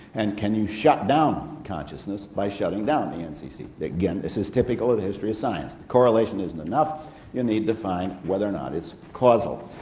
and can you shut down consciousness by shutting down the ncc? again, this is typical of the history of science. correlation isn't enough you need to find whether or not it's causal.